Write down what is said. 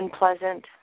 unpleasant